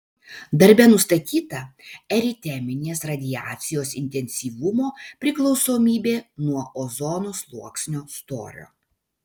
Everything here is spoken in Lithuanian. darbe nustatyta eriteminės radiacijos intensyvumo priklausomybė nuo ozono sluoksnio storio